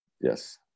yes